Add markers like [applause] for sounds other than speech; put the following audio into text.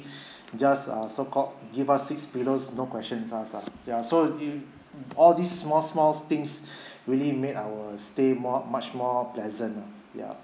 [breath] just uh so called give us six pillows no question asked ah so th~ all the small small things really made our stay more much more pleasant ah ya